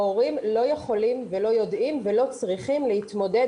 ההורים לא יכולים ולא יודעים ולא צריכים להתמודד